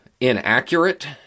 inaccurate